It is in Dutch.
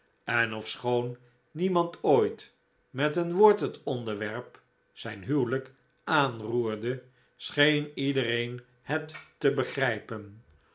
en ofschoon niemand ooit met een woord het onderwerp zijn huwelijk aanroerde scheen iedereen het te begrijpen